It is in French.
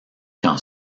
quand